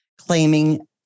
claiming